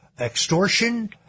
extortion